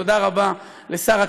תודה רבה לשר הכלכלה,